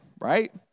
right